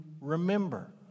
remember